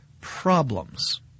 problems